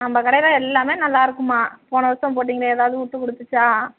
நம்ம கடையில் எல்லாமே நல்லா இருக்கும்மா போன வருடம் போட்டிங்களே எதாவது விட்டு கொடுத்துச்சா